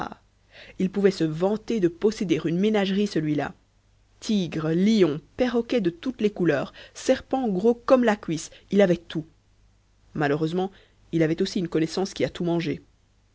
il pouvait se vanter de posséder une ménagerie celui-là tigres lions perroquets de toutes les couleurs serpents gros comme la cuisse il avait tout malheureusement il avait aussi une connaissance qui a tout mangé